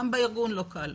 גם בארגון לא קל,